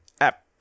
app